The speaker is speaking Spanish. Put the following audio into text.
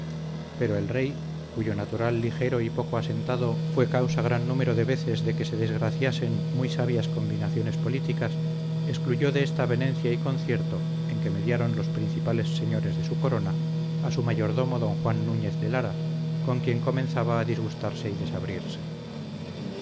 pero el rey cuyo natural ligero y poco asentado fue causa gran número de veces de que se desgraciasen muy sabias combinaciones políticas excluyó de esta avenencia y concierto en que mediaron los principales señores de su corona a su mayordomo don juan núñez de lara con quien comenzaba a disgustarse y desabrirse